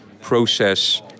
process